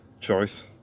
choice